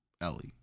Ellie